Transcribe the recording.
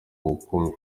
bukumi